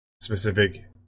specific